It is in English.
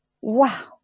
Wow